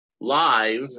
live